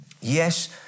yes